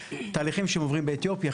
תהליכים שעוברים באתיופיה,